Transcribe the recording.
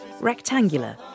rectangular